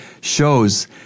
shows